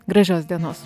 gražios dienos